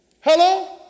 Hello